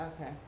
okay